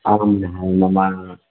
अहं न मम